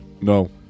No